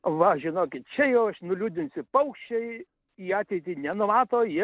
va žinokit čia jau aš nuliūdinsiu paukščiai į ateitį nenumato jie